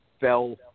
fell